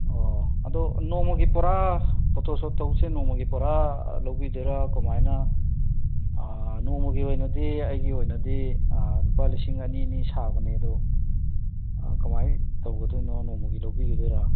ꯑꯣ ꯑꯗꯣ ꯅꯣꯡꯃꯒꯤ ꯄꯨꯔꯥ ꯐꯣꯇꯣ ꯁꯣꯠ ꯇꯧꯕꯁꯦ ꯅꯣꯡꯃꯒꯤ ꯄꯨꯔꯥ ꯂꯧꯕꯤꯗꯣꯏꯔ ꯀꯃꯥꯏꯅ ꯅꯣꯡꯃꯒꯤ ꯑꯣꯏꯅꯗꯤ ꯑꯩꯒꯤ ꯑꯣꯏꯅꯗꯤ ꯂꯨꯄꯥ ꯂꯤꯁꯤꯡ ꯑꯅꯤ ꯑꯅꯤ ꯁꯥꯕꯅꯦ ꯑꯗꯣ ꯀꯃꯥꯏꯅ ꯇꯧꯒꯗꯣꯏꯅꯣ ꯅꯣꯡꯃꯒꯤ ꯂꯧꯕꯤꯒꯗꯑꯣꯏꯔꯥ